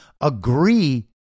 agree